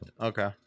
Okay